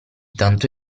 tanto